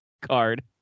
card